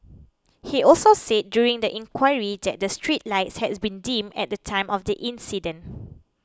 he also said during the inquiry that the street lights has been dim at the time of the accident